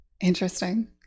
Interesting